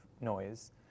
noise